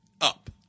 up